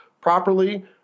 properly